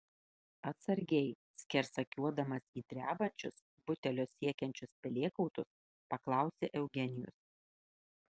atsargiai skersakiuodamas į drebančius butelio siekiančius pelėkautus paklausė eugenijus